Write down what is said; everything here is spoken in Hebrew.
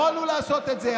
יכולנו לעשות את זה.